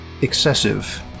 excessive